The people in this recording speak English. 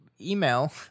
email